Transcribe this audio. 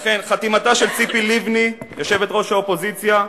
חתימתה של ציפי לבני, יושבת-ראש האופוזיציה,